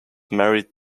married